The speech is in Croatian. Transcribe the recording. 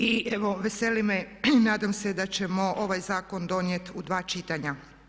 I evo veseli me, nadam se da ćemo ovaj zakon donijeti u dva čitanja.